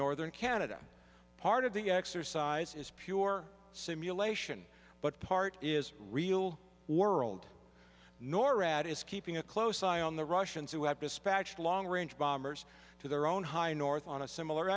northern canada part of the exercise is pure simulation but part is real world norad is keeping a close eye on the russians who have dispatched long range bombers to their own high north on a similar